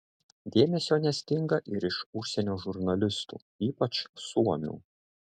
dėmesio nestinga ir iš užsienio žurnalistų ypač suomių